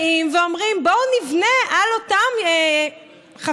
באים ואומרים: בואו נבנה על אותן חפירות,